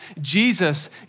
Jesus